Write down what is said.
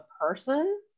person